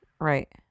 right